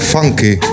Funky